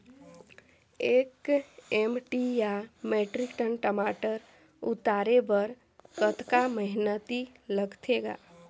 एक एम.टी या metric ton टमाटर उतारे बर कतका मेहनती लगथे ग?